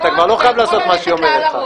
אתה לא חייב לעשות את מה שהיא אומרת לך.